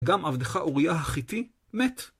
גם עבדך אוריה החיתי, מת.